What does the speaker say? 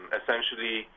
essentially